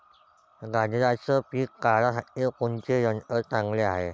गांजराचं पिके काढासाठी कोनचे यंत्र चांगले हाय?